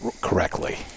correctly